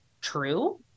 true